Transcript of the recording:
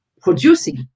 producing